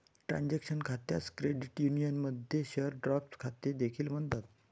transaction खात्यास credit युनियनमध्ये share draft खाते देखील म्हणतात